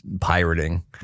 pirating